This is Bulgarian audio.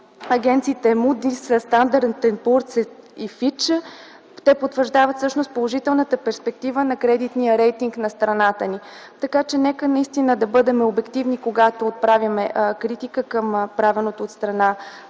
агенциите „Муудис”, „Стандарт енд Пуърс” и „Фич”, те потвърждават всъщност положителната перспектива на кредитния рейтинг на страната ни, така че нека наистина да бъдем обективни, когато отправяме критика към направеното от страна